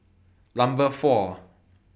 Number four